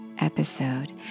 episode